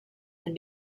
and